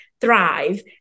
thrive